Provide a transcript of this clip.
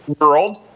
world